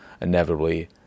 inevitably